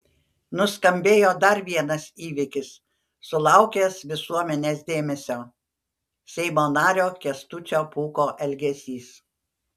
nuskambėjo dar vienas įvykis sulaukęs visuomenės dėmesio seimo nario kęstučio pūko elgesys